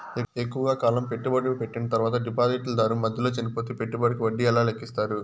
ఎక్కువగా కాలం పెట్టుబడి పెట్టిన తర్వాత డిపాజిట్లు దారు మధ్యలో చనిపోతే పెట్టుబడికి వడ్డీ ఎలా లెక్కిస్తారు?